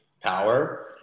power